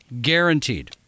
Guaranteed